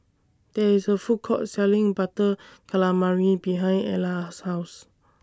There IS A Food Court Selling Butter Calamari behind Ella's House